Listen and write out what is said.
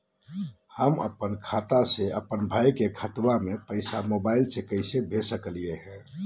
हम अपन खाता से अपन भाई के खतवा में पैसा मोबाईल से कैसे भेज सकली हई?